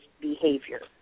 behavior